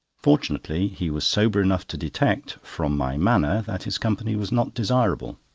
fortunately, he was sober enough to detect, from my manner, that his company was not desirable.